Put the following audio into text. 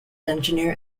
engineer